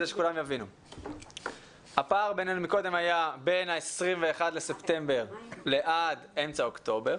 קודם הפער בינינו היה 21 בספטמבר לעומת אמצע אוקטובר.